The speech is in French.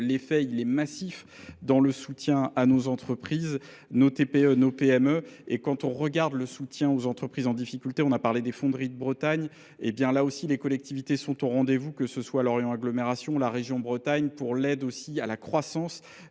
l'effet est massif. dans le soutien à nos entreprises, nos TPE, nos PME. Et quand on regarde le soutien aux entreprises en difficulté, on a parlé des fonderies de Bretagne, et bien là aussi les collectivités sont au rendez-vous, que ce soit l'Orient en agglomération, la région Bretagne, pour l'aide aussi à la croissance